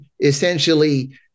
essentially